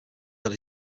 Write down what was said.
tell